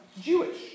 Jewish